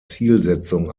zielsetzung